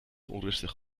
onrustig